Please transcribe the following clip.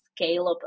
scalable